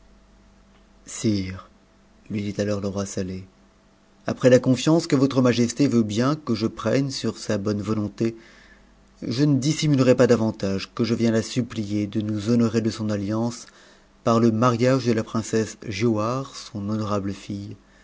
lui dit alors le roi saleh après la confiance que votre majesté veut bien que je prenne sur sa bonne volonté je ne dissimulerai davantage que je viens la supplier de nous honorer de son attiancc te mariage de la princesse giauhare so